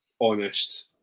honest